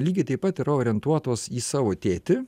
lygiai taip pat yra orientuotos į savo tėtį